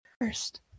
first